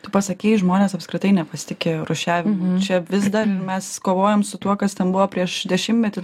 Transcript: tu pasakei žmonės apskritai nepasitikėjo rūšiavimu čia vis dar mes kovojam su tuo kas ten buvo prieš dešimtmetį